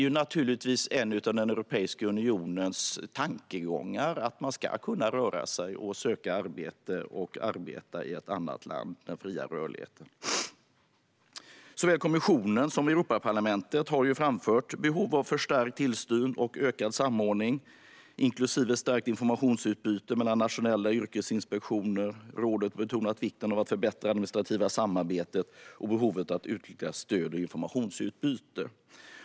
Det är naturligtvis en av tankarna med Europeiska unionen och den fria rörligheten att man ska kunna röra sig, söka arbete och arbeta i ett annat land. Såväl kommissionen som Europaparlamentet har framfört behov av förstärkt tillsyn och ökad samordning inklusive stärkt informationsutbyte mellan nationella yrkesinspektioner. Rådet har betonat vikten av att förbättra det administrativa samarbetet och behovet av att utöka stöd och informationsutbyte.